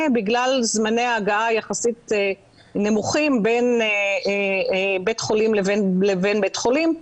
בגלל זמני ההגעה היחסית נמוכים בין בית חולים לבין בית חולים,